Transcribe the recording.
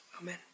Amen